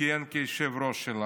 וכיהן כיושב-ראש שלה.